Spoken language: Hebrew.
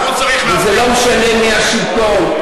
וזה לא משנה מי השלטון.